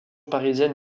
parisienne